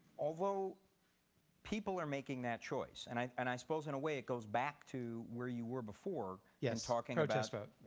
although people are making that choice. and i and i suppose in a way it goes back to where you were before yeah in talking about protest vote.